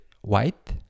white